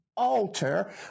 Alter